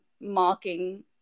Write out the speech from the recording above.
mocking